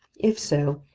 if so,